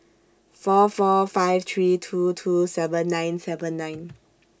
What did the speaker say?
four four five three two two seven nine seven nine